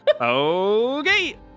Okay